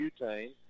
Butane